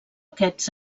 aquests